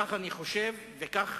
כך אני חושב וכך